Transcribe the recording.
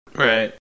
right